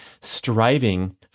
striving